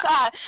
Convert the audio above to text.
God